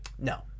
No